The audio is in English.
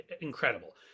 incredible